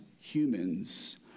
humans